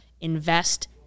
invest